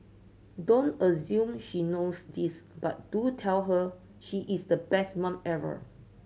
don't assume she knows this but do tell her she is the best mum ever